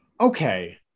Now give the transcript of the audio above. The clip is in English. Okay